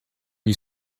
you